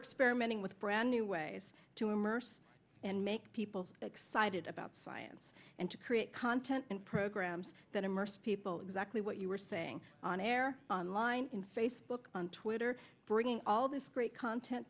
experimenting with brand new ways to immerse and make people excited about science and to create content and programs that immerse people exactly what you were saying on air online in facebook on twitter bringing all this great content